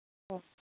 ꯑꯣ